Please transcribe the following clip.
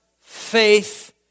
faith